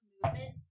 Movement